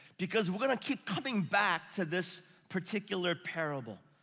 because we're gonna keep coming back to this particular parable.